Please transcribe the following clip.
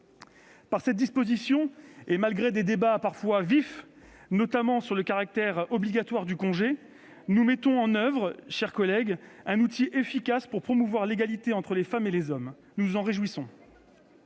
Par cette disposition, et malgré des débats parfois vifs, notamment sur le caractère obligatoire du congé, nous mettons en oeuvre, mes chers collègues, un outil efficace pour promouvoir l'égalité entre les femmes et les hommes. Nous nous en réjouissons